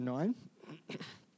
Nine